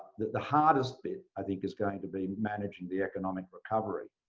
that the hardest bit i think is going to be managing the economic recovery,